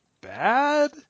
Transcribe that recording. bad